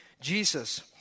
Jesus